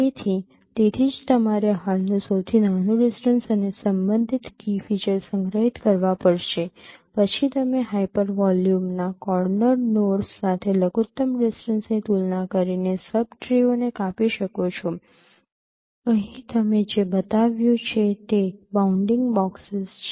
તેથી તેથી જ તમારે હાલનું સૌથી નાનું ડિસ્ટન્સ અને સંબંધિત કી ફીચર સંગ્રહિત કરવા પડશે પછી તમે હાયપર વોલ્યુમના કોર્નર નોડસ સાથે લઘુત્તમ ડિસ્ટન્સની તુલના કરીને સબ ટ્રીઓ ને કાપી શકો છો અહીં તમે જે બતાવ્યું છે તે બાઉન્ડિંગ બોકસીસ છે